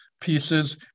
pieces